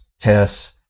tests